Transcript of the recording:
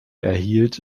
erhielt